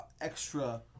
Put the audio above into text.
extra